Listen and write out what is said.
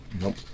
Nope